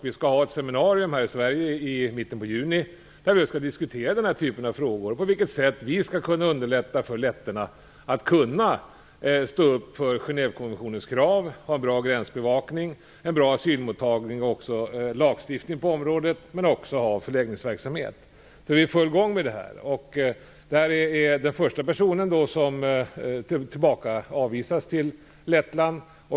Vi skall ha ett seminarium här i Sverige i mitten på juni, då vi just skall diskutera den här typen av frågor och på vilket sätt vi skall kunna underlätta för letterna att stå upp för Genèvekonventionens krav, att ha en bra gränsbevakning, en bra asylmottagning och även en lagstiftning på området. Men man skall också ha förläggningsverksamhet. Vi är i full gång med detta. Det här var den första personen som tillbakavisades till Lettland.